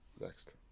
Next